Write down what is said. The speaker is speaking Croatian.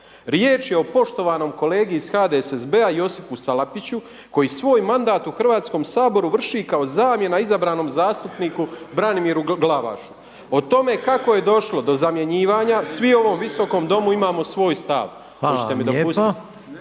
Riječ je o poštovanom kolegi iz HDSSB-a Josipu Salapiću koji svoj mandat u Hrvatskom saboru vrši kao zamjena izabranom zastupniku Branimiru Glavašu. O tome kako je došlo do zamjenjivanja svi u ovom Visokom domu imamo svoj stav.